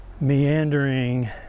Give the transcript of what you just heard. meandering